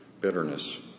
bitterness